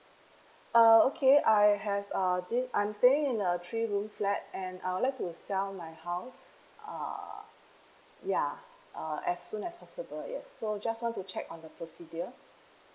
uh okay I have err din~ I'm staying in a three room flat and I would like to sell my house uh yeah uh as soon as possible yes so just want to check on the procedure